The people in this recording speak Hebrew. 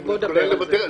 אז בוא ודבר על זה.